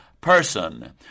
person